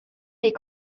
les